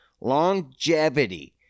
longevity